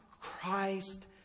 Christ